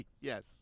Yes